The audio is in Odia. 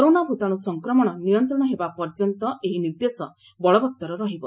କରୋନା ଭୂତାଣୁ ସଂକ୍ରମଣ ନିୟନ୍ତ୍ରଣ ହେବା ପର୍ଯ୍ୟନ୍ତ ଏହି ନିର୍ଦ୍ଦେଶ ବଳବତ୍ତର ରହିବ